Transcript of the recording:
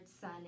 son